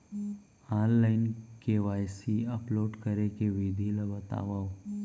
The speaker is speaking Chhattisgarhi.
ऑनलाइन के.वाई.सी अपलोड करे के विधि ला बतावव?